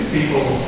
People